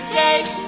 take